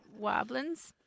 Wobblins